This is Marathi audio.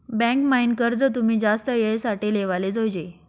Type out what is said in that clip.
बँक म्हाईन कर्ज तुमी जास्त येळ साठे लेवाले जोयजे